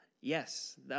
Yes